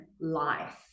life